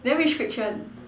then which fiction